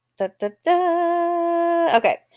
okay